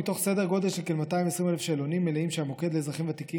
מתוך סדר גודל של כ-220,000 שאלונים מלאים שהמוקד לאזרחים ותיקים